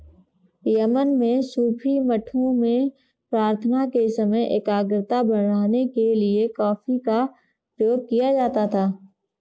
Yemen में सूफी मठों में प्रार्थना के समय एकाग्रता बढ़ाने के लिए कॉफी का प्रयोग किया जाता था